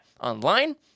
online